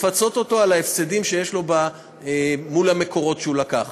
לפצות אותו על ההפסדים שיש לו מול המקורות שהוא לקח.